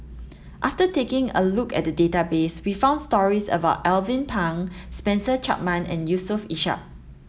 after taking a look at the database we found stories about Alvin Pang Spencer Chapman and Yusof Ishak